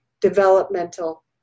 developmental